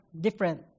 different